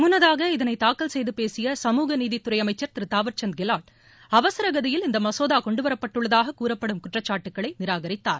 முன்னதாக இதனை தாக்கல் செய்து பேசிய சமூகநீதித்துறை அமைச்சர் திரு தாவர்சந்த் கெலாட் அவசர கதியில் இந்த மசோதா கொண்டுவரப்பட்டுள்ளதாக கூறப்படும் குற்றச்சாட்டுகளை நிராகரித்தார்